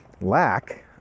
lack